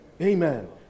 Amen